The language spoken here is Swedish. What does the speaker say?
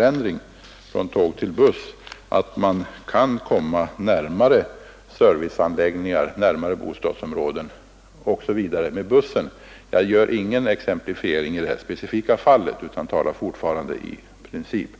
ändringen från tåg till buss kan i en del fall också innebära att man kommer närmare serviceanläggningar, närmare bostadsområden osv. med bussen. Jag gör ingen exemplifiering i det här specifika fallet utan talar fortfarande i princip.